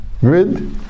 grid